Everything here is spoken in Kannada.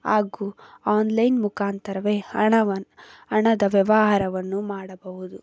ಹಾಗೂ ಆನ್ಲೈನ್ ಮುಖಾಂತರವೇ ಹಣವನ್ನು ಹಣದ ವ್ಯವಹಾರವನ್ನು ಮಾಡಬಹುದು